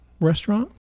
restaurant